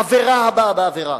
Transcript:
עבירה הבאה בעבירה.